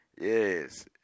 Yes